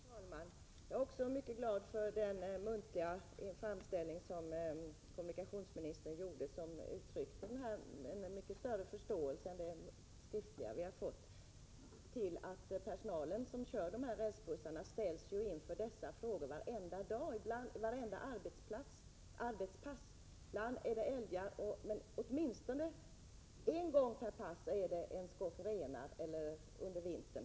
Fru talman! Jag är också mycket glad för kommunikationsministerns senaste inlägg, där det uttrycktes mycket större förståelse för dessa förhållanden än i det skriftliga svaret. Den personal som kör rälsbussarna ställs ju inför dessa situationer varenda dag, och ofta under vartenda arbetspass. Ibland gäller det älgar, men åtminstone en gång per pass är det under vintern en skock renar som man kör på.